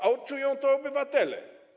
A odczują to obywatele.